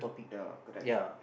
ya correct